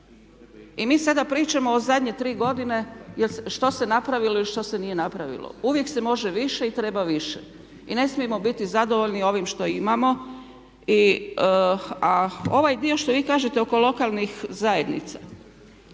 I mi sada pričamo o zadnje tri godine što se napravilo ili što se nije napravilo. Uvijek se može više i treba više i ne smijemo biti zadovoljni ovim što imamo. A ovaj dio što vi kažete oko lokalnih zajednica,